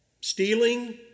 stealing